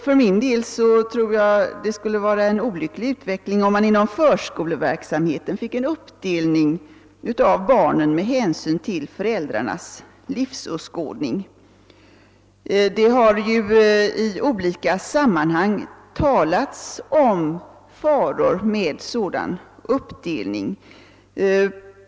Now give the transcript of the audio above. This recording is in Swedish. För min del tror jag att det skulle vara en olycklig utveckling om man inom förskoleverksamheten fick en uppdelning av barnen med hänsyn till föräldrarnas livsåskådning. Det har i olika sammanhang talats om faror med en sådan uppdelning.